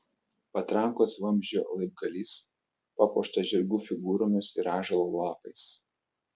patrankos vamzdžio laibgalys papuoštas žirgų figūromis ir ąžuolo lapais